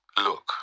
Look